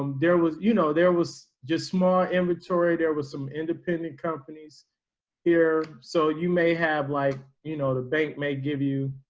um there was, you know, there was just more inventory. there was some independent companies here. so you may have, like, you know, the bank may give you,